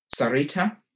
Sarita